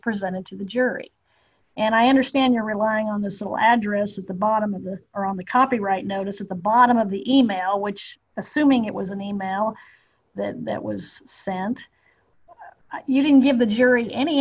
presented to the jury and i understand you're relying on the civil address at the bottom of the or on the copyright notice at the bottom of the e mail which assuming it was an e mail that that was sent you didn't give the jury any